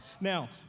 Now